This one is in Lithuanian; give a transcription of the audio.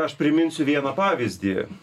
aš priminsiu vieną pavyzdį